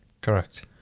Correct